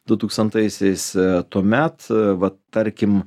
du tūkstantaisiais tuomet vat tarkim